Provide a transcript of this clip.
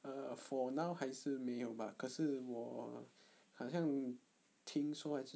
err for now 还是没有 bah 可是我好像听说还是